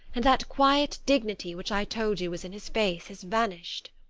and that quiet dignity which i told you was in his face has vanished.